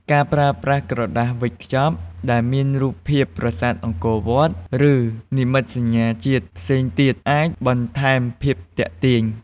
ការប្រើប្រាស់ ក្រដាសវេចខ្ចប់ដែលមានរូបភាពប្រាសាទអង្គរវត្ត ឬ និមិត្តសញ្ញាជាតិផ្សេងទៀត អាចបន្ថែមភាពទាក់ទាញ។